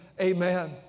amen